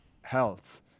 health